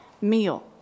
meal